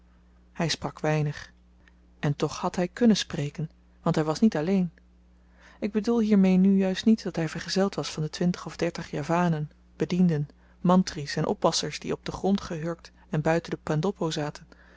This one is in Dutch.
hy sprak weinig en toch had hy kùnnen spreken want hy was niet alleen ik bedoel hiermee nu juist niet dat hy vergezeld was van de twintig of dertig javanen bedienden mantries en oppassers die op den grond gehurkt in en buiten de pendoppo zaten